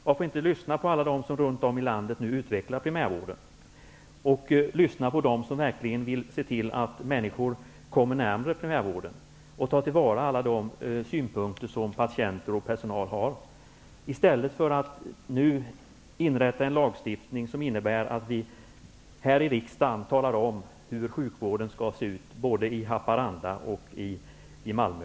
Varför inte lyssna på alla dem som runt om i landet nu utvecklar primärvården? Och lyssna på dem som verkligen vill se till att människor kommer närmare primärvården! Ta till vara alla de synpunkter som patienter och personal har, i stället för att nu införa en lagstiftning som innebär att vi här i riksdagen talar om hur sjukvården skall se ut både i Haparanda och i Malmö!